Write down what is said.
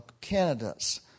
candidates